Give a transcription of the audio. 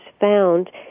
found